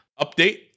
Update